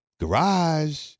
Garage